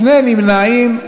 שני נמנעים.